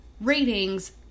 ratings